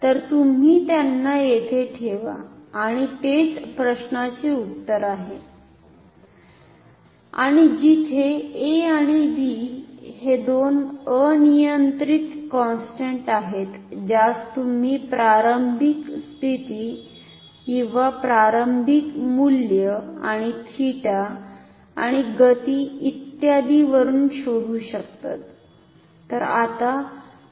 तर तुम्ही त्यांना येथे ठेवा आणि तेच प्रश्नाचे उत्तर आहे आणि जिथे a आणि b हे दोन अनियंत्रित कॉन्स्टंट आहेत ज्यास तुम्ही प्रारंभिक स्थिती किंवा प्रारंभिक मूल्य आणि 𝜃 आणि गती इत्यादीवरून शोधू शकता